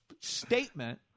statement